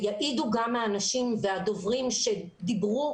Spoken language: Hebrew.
יעידו גם האנשים והדוברים שדיברו